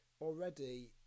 already